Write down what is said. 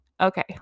Okay